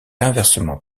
inversement